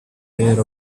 pair